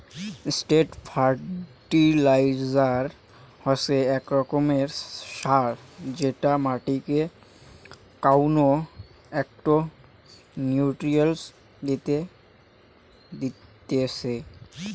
straight fertilizer হসে আক রকমের সার যেটা মাটিকে কউনো একটো নিউট্রিয়েন্ট দিতেছে